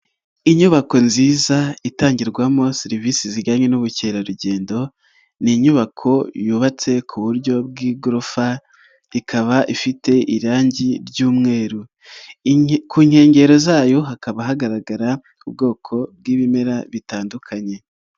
Inyubako nziza itangirwamo serivisi zijyanye n'ubukerarugendo, ni inyubako yubatse ku buryo bw'igorofa, ikaba ifite irangi ry'umweru, ku nkengero zayo hakaba hagaragara ubwoko bw'ibimera bitandukanye.